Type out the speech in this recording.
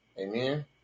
Amen